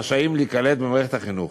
רשאים להיקלט במערכת החינוך.